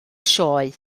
sioe